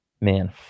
man